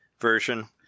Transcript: version